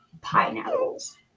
Pineapples